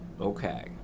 okay